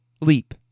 leap